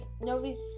nobody's